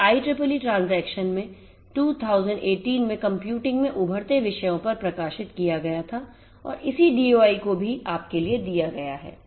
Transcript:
यह IEEE transaction में 2018 में कंप्यूटिंग में उभरते विषयों पर प्रकाशित किया गया था और इसी DOI को भी आपके लिए दिया गया है